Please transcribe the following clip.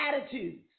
attitudes